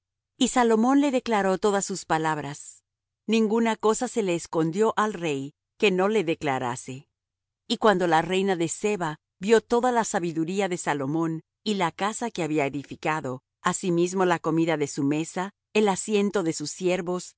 y salomón le declaró todas sus palabras ninguna cosa se le escondió al rey que no le declarase y cuando la reina de seba vió toda la sabiduría de salomón y la casa que había edificado asimismo la comida de su mesa el asiento de sus siervos